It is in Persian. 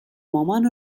مامان